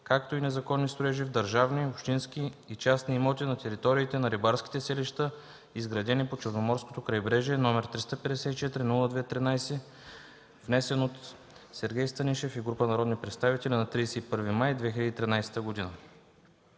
както и незаконни строежи в държавни, общински и частни имоти на териториите на рибарските селища, изградени по Черноморското крайбрежие, № 354-02-13, внесен от Сергей Станишев и група народни представители на 31 май 2013 г.